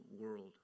world